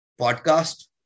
podcast